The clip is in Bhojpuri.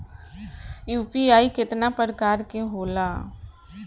यू.पी.आई केतना प्रकार के होला?